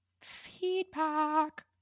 feedback